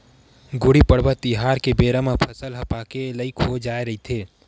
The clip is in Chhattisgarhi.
गुड़ी पड़वा तिहार के बेरा म फसल ह पाके के लइक हो जाए रहिथे